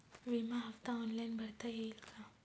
विमा हफ्ता ऑनलाईन भरता येईल का?